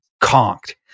conked